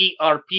ERP